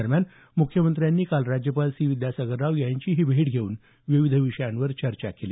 दरम्यान मुख्यमंत्र्यांनी काल राज्यपाल सी विद्यासागर राव यांचीही भेट घेऊन विविध विषयांवर चर्चा केली